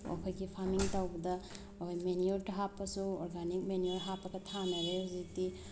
ꯑꯩꯈꯣꯏꯒꯤ ꯐꯥꯔꯃꯤꯡ ꯇꯧꯕꯗ ꯑꯩꯈꯣꯏ ꯃꯦꯅꯤꯌꯣꯔꯗ ꯍꯥꯞꯄꯁꯨ ꯑꯣꯒꯥꯅꯤꯛ ꯃꯦꯅꯤꯌꯣꯔ ꯍꯥꯞꯄꯒ ꯊꯥꯟꯅꯔꯦ ꯍꯧꯖꯤꯛꯇꯤ